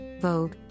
Vogue